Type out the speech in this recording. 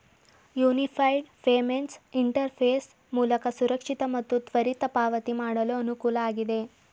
unified payments interface ಮೂಲಕ ಸುರಕ್ಷಿತ ಮತ್ತು ತ್ವರಿತ ಪಾವತಿ ಮಾಡಲು ಅನುಕೂಲ ಆಗಿದೆ